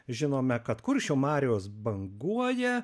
žinome kad kuršių marios banguoja